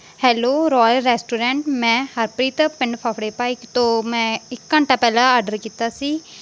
hello royal restaurant ਮੈਂ ਹਰਪ੍ਰੀਤ ਪਿੰਡ ਫਫੜੇ ਭਾਈਕੇ ਤੋਂ ਮੈਂ ਇੱਕ ਘੰਟਾ ਪਹਿਲਾਂ ਆਰਡਰ ਕੀਤਾ ਸੀ